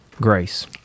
grace